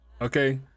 okay